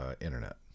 internet